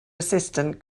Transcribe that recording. assistant